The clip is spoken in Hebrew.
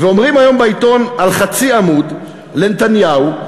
ואומרים היום בעיתון, על חצי עמוד, לנתניהו: